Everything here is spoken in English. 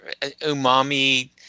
umami